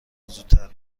زودتر